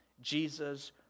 Jesus